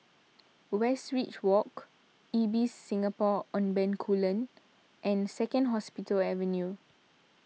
Westridge Walk Ibis Singapore on Bencoolen and Second Hospital Avenue